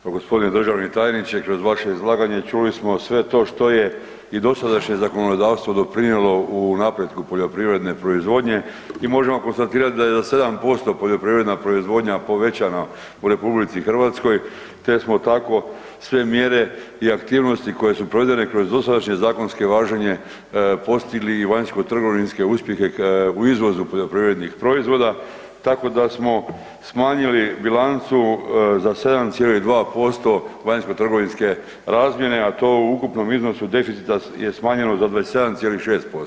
Pa gospodine državni tajniče kroz vaše izlaganje čuli smo sve to što je i dosadašnje zakonodavstvo doprinijelo u napretku poljoprivredne proizvodnje i možemo konstatirati da je za 7% poljoprivredna proizvodnja povećana u RH te smo tako sve mjere i aktivnosti koje su provedene kroz dosadašnje zakonske važenje postigli i vanjskotrgovinske uspjehe u izvozu poljoprivrednih proizvoda tako da smo smanjili bilancu za 7,2% vanjskotrgovinske razmjene, a to u ukupnom iznosu deficita je smanjeno za 27,6%